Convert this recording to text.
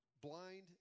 blind